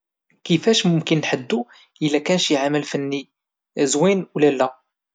كفاش ممكن ننحددو الى كان شي عمل فني زوين ولى لا؟